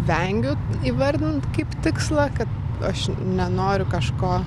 vengiu įvardint kaip tikslą kad aš nenoriu kažko